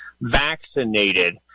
vaccinated